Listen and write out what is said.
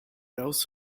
else